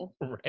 right